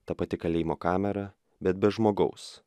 ta pati kalėjimo kamera bet be žmogaus